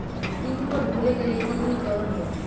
Pin code ভুলে গেলে কি কি করনিয়?